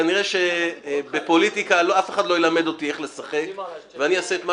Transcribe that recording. כנראה שבפוליטיקה אף אחד לא ילמד אותי איך לשחק ואני אעשה את מה